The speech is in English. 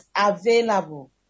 available